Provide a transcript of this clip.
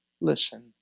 listen